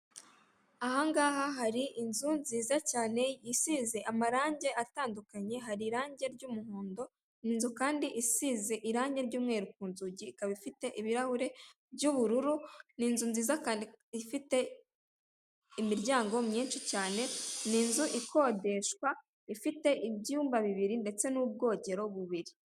Ahangaha hari inzu nziza cyane isize amarangi atandukanye, hari irangi ry'umuhondo inzu kandi isize irangi ry'umweru ku nzugi ikaba ifite ibirahure by'ubururu, ni inzu nziza kandi ifite imiryango myinshi cyane, ni inzu ikodeshwa ifite ibyumba bibiri ndetse n'ubwogero bubiri.